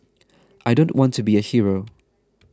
I don't want to be a hero